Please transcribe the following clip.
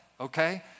okay